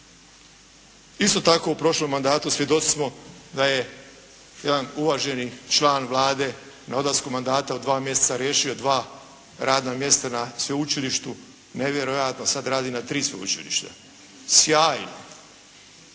Isto tako u prošlom mandatu svjedoci smo da je jedan uvaženi član Vlade na odlasku mandata u dva mjeseca riješio dva radna mjesta na sveučilištu. Nevjerojatno sad radi na tri sveučilišta. Sjajno.